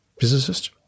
physicist